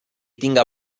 tinga